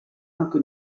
anche